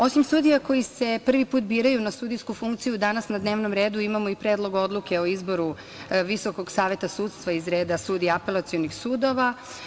Osim sudija koje se prvi put biraju na sudijsku funkciju, danas na dnevnom redu imamo i Predlog odluke o izboru VSS iz reda sudija apelacionih sudova.